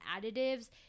additives